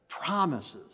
Promises